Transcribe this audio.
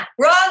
Wrong